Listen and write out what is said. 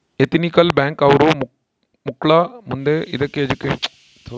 ethical bank ಅವ್ರು ಮಕ್ಳು ಮುಂದೆ ಇದಕ್ಕೆ ಎಜುಕೇಷನ್ ಲೋನ್ ಕೊಡ್ತಾರ